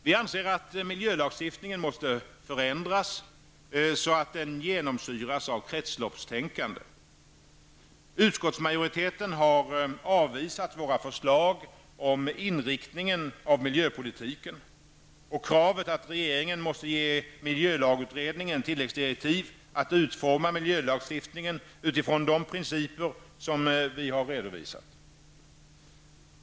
Vi anser att miljölagstiftningen måste förändras så att den genomsyras av kretsloppstänkande. Utskottsmajoriteten har avvisat våra förslag om inriktningen av miljöpolitiken och kravet att regeringen måste ge miljölagutredningen tilläggsdirektiv att utforma miljölagstiftningen utifrån de principer som vi här redovisat.